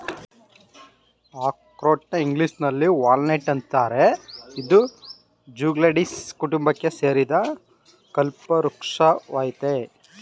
ಅಖ್ರೋಟ್ನ ಇಂಗ್ಲೀಷಿನಲ್ಲಿ ವಾಲ್ನಟ್ ಅಂತಾರೆ ಇದು ಜ್ಯೂಗ್ಲಂಡೇಸೀ ಕುಟುಂಬಕ್ಕೆ ಸೇರಿದ ಫಲವೃಕ್ಷ ವಾಗಯ್ತೆ